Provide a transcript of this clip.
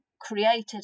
created